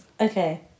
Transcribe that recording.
Okay